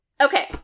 Okay